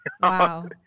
Wow